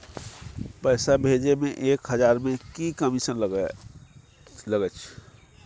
पैसा भैजे मे एक हजार मे की कमिसन लगे अएछ?